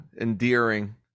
endearing